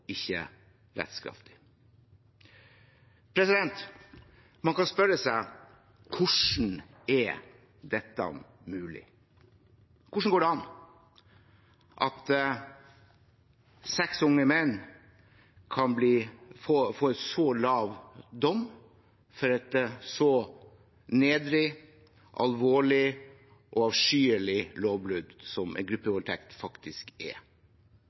ikke rettskraftig. Man kan spørre seg hvordan dette er mulig. Hvordan går det an at seks unge menn kan få så mild dom for et så nedrig, alvorlig og avskyelig lovbrudd som det en gruppevoldtekt faktisk er? Man kan spørre, og jeg kan gi svaret, for det er